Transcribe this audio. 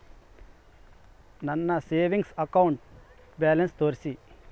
ನನ್ನ savings account balance ತೋರಿಸಿ?